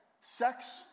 Sex